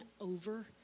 over